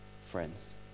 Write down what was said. friends